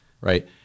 right